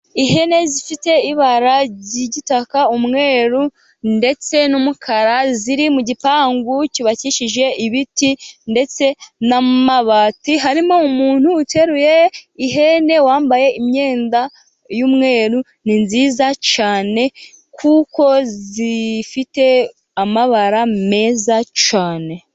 Ihene zifite ibara ry'igitaka umweru ndetse n'umukara, ziri mu gipangu cyubakishije ibiti, ndetse n'amabati harimo umuntu uteruye ihene, wambaye imyenda y'umweru ni nziza cyane , kuko zifite amabara meza cyane.